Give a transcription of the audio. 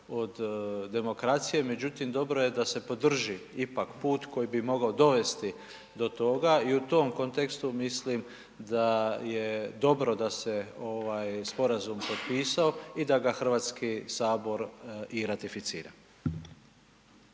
od demokracije međutim dobro je da se podrži ipak put koji bi mogao dovesti do toga i u tom kontekstu mislim da je dobro da se sporazum potpisao i da Hrvatski sabor i ratificira.